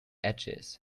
edges